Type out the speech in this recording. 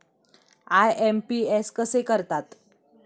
IMPS कसे करतात?